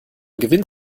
gewinnt